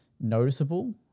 noticeable